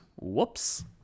whoops